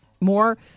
More